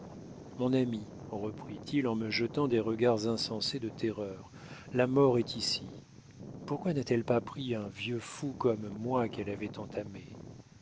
mon ami reprit-il en me jetant des regards insensés de terreur la mort est ici pourquoi n'a-t-elle pas pris un vieux fou comme moi qu'elle avait entamé